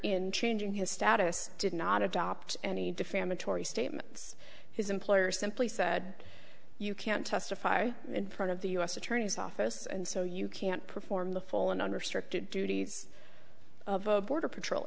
in changing his status did not adopt any defamatory statements his employer simply said you can't testify in front of the u s attorney's office and so you can't perform the full and under strict duties of a border patrol